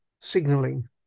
signaling